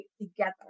together